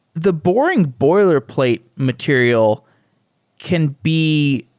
the boring boilerplate material can be